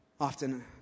often